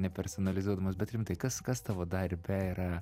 nepersonalizuodamas bet rimtai kas kas tavo darbe yra